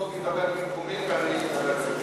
דב ידבר במקומי ואני אדבר במקומו,